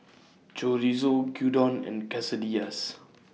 Chorizo Gyudon and Quesadillas